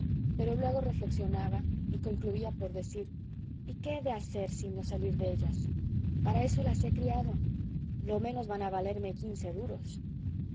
pero luego reflexionaba y concluía por decir y qué he de hacer sino salir de ellas para eso las he criado lo menos van a valerme quince duros